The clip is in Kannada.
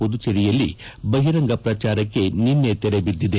ಪುದುಚೇರಿಯಲ್ಲಿ ಬಹಿರಂಗ ಪ್ರಚಾರಕ್ಕೆ ನಿನ್ನೆ ತೆರೆ ಬಿದ್ದಿದೆ